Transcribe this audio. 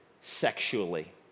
sexually